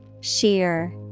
sheer